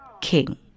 king